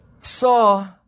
saw